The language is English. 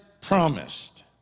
promised